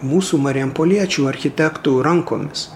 mūsų marijampoliečių architektų rankomis